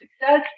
Success